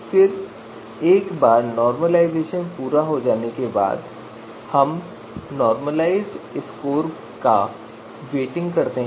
फिर एक बार नॉर्मलाइजेशन पूरा हो जाने के बाद हम नॉर्मलाइज्ड स्कोर का वेटिंग करते हैं